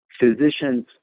physicians